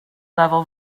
level